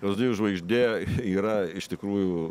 lazdijų žvaigždė yra iš tikrųjų